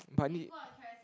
but need